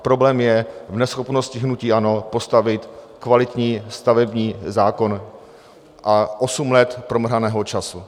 Problém je v neschopnosti hnutí ANO postavit kvalitní stavební zákon a osm let promrhaného času.